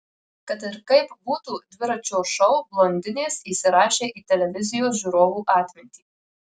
kad ir kaip būtų dviračio šou blondinės įsirašė į televizijos žiūrovų atmintį